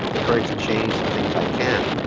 the courage to change the things i can,